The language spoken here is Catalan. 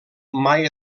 mai